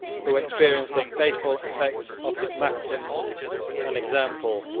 who experienced the fatal effects of his maxims and example,